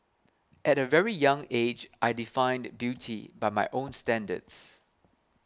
at a very young age I defined beauty by my own standards